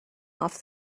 off